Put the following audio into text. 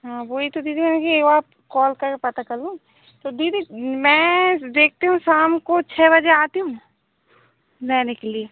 हाँ वही तो दीदी मैंने कही वो आप कॉल कर पता कर लूँ तो दीदी मैं देखती हूँ शाम को छ बजे आती हूँ लेने के लिए